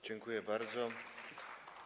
Dziękuję bardzo.